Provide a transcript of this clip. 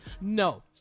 No